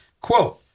quote